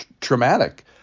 traumatic